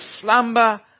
slumber